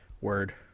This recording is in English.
word